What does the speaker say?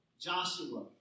Joshua